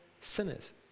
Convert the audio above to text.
sinners